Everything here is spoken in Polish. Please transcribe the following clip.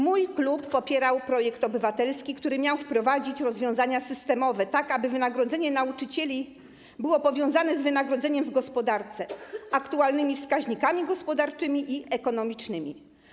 Mój klub popierał projekt obywatelski, który miał wprowadzić rozwiązania systemowe, tak aby wynagrodzenie nauczycieli było powiązane z wynagrodzeniem w gospodarce, aktualnymi wskaźnikami gospodarczymi i ekonomicznymi.